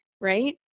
right